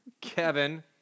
Kevin